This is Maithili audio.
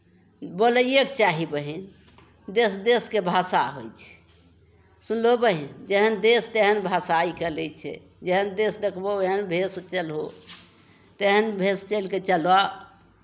बोलैएके चाही बहीन देश देशके भाषा होइ छै सुनलहौ बहीन जेहन देश तेहन भाषा ई चलै छै जेहन देश देखबहौ ओहन भेष चलबहौ तेहन भेष चलि कऽ चलहौ